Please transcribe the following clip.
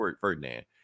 Ferdinand